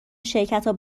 شرکتا